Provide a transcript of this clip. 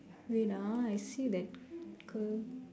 wait ah I see that girl